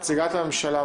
נציגת הממשלה,